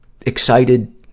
excited